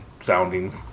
sounding